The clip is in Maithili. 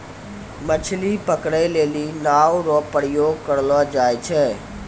मछली पकड़ै लेली नांव रो प्रयोग करलो जाय छै